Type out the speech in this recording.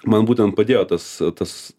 man būtent padėjo tas tas